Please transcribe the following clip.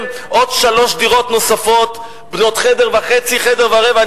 עוד שלוש דירות בנות חדר וחצי או חדר ורבע.